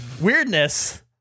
weirdness